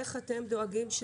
איך אתם דואגים,